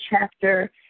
chapter